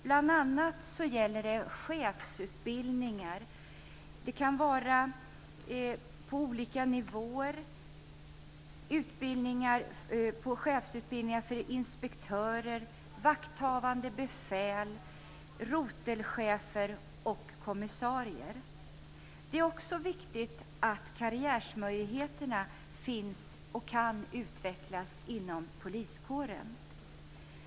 Bl.a. bör chefsutbildningar införas på olika nivåer, t.ex. för inspektörer, vakthavande befäl, rotelchefer och kommissarier. Det är också viktigt att karriärmöjligheterna finns och kan utvecklas inom polisen.